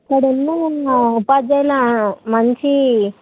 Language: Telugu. ఇక్కడ ఉన్న ఉపాధ్యాయులు మంచి